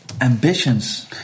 Ambitions